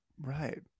Right